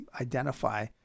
identify